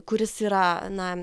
kuris yra na